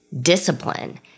discipline